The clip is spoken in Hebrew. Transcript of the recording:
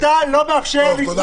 אתה לא מאפשר -- טוב.